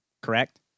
Correct